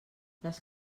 les